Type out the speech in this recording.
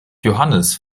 johannes